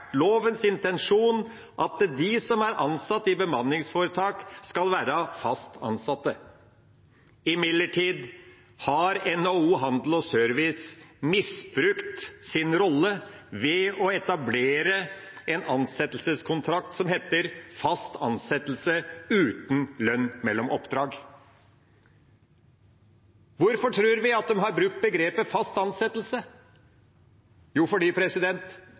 lovens intensjon at de som er ansatt i bemanningsforetak, skal være fast ansatt. Imidlertid har NHO Service og Handel misbrukt sin rolle ved å etablere en ansettelseskontrakt som heter «fast ansettelse uten lønn mellom oppdrag». Hvorfor tror vi at de har brukt begrepet «fast ansettelse». Jo,